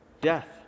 death